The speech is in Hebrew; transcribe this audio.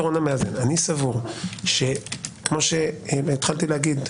שכמו שהתחלתי לומר,